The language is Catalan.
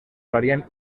varien